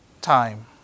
time